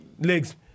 Legs